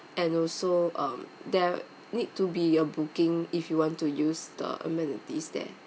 and also um there need to be a booking if you want to use the amenities there